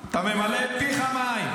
אתה ממלא את פיך מים.